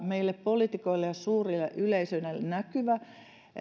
meille poliitikoille ja suurelle yleisölle samalla tavalla näkyvä